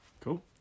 Cool